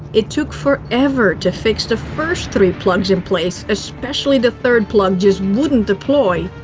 it took forever to fix the first three plugs in place, especially the third plug just wouldn't deploy.